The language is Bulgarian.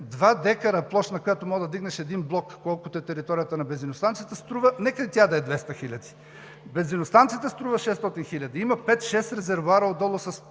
декара площ, на която може да вдигнеш един блок, колкото е територията на бензиностанцията, струва… нека и тя да е 200 хиляди. Бензиностанцията струва 600 хиляди, има пет-шест резервоара отдолу с